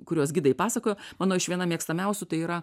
kurios gidai pasakojo mano iš viena mėgstamiausių tai yra